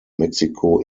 mexiko